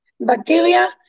bacteria